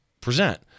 present